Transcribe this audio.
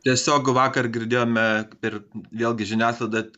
tiesiog vakar girdėjome ir vėlgi žiniasklaidą